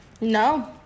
No